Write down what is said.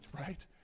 right